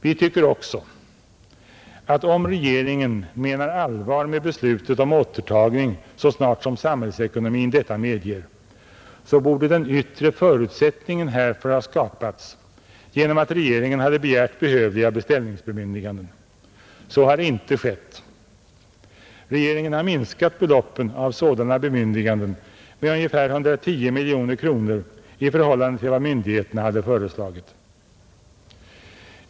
Vi tycker också att om regeringen menar allvar med beslutet om återtagning så snart som samhällsekonomin detta medger borde den yttre förutsättningen härför ha skapats genom att regeringen hade begärt behövliga beställningsbemyndiganden. Så har inte skett. Regeringen har minskat beloppen av sådana bemyndiganden med ungefär 110 miljoner kronor i förhållande till vad myndigheterna hade föreslagit.